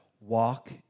Walk